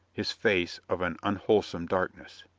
his face of an unwholesome darkness.